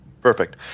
Perfect